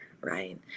right